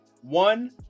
one